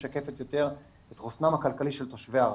משקפת יותר את חוסנם הכלכלי של תושבי הרשות.